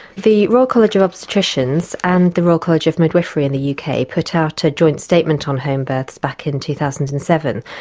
the royal college of obstetricians and the royal college of midwifery in the yeah uk put out a joint statement on homebirths back in two thousand and seven,